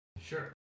Sure